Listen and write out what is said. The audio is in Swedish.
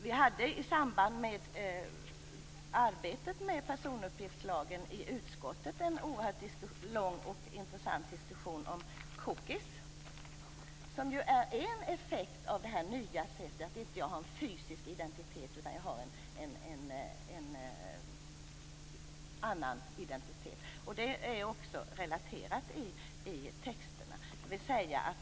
Vi hade i samband med arbetet med personuppgiftslagen i utskottet en lång och intressant diskussion om s.k. cookies, som ju är en effekt av det nya sättet att inte ha en fysisk identitet utan en annan identitet. Det är också relaterat i texterna.